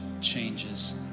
changes